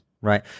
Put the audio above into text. right